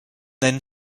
then